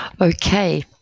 Okay